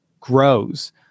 grows